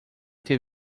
ter